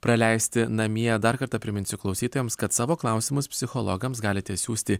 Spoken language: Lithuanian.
praleisti namie dar kartą priminsiu klausytojams kad savo klausimus psichologams galite siųsti